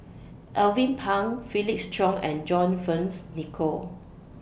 Alvin Pang Felix Cheong and John Fearns Nicoll